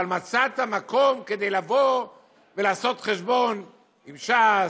אבל מצאת מקום לעשות חשבון עם ש"ס,